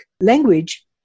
language